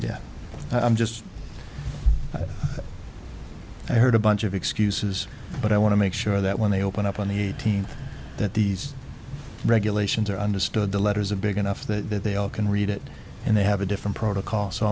yet i'm just i heard a bunch of excuses but i want to make sure that when they open up on the eighteenth that these regulations are understood the letter is a big enough that they all can read it and they have a different protocol so